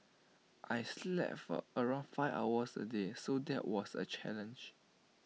I slept for around five hours A day so that was A challenge